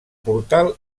portal